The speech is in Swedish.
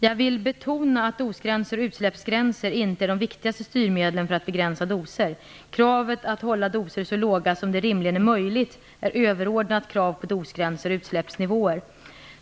Jag vill betona att dosgränser och utsläppsgränser inte är de viktigaste styrmedlen för att begränsa doser. Kravet att hålla doser så låga som det rimligen är möjligt är överordnat krav på dosgränser och utsläppsnivåer.